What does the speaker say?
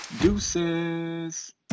deuces